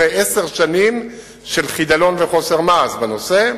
אחרי עשר שנים של חידלון וחוסר מעש בנושא.